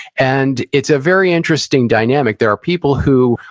and it's a very interesting dynamic. there are people who,